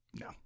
no